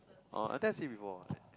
orh I think I see before ah